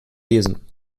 lesen